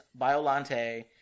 Biolante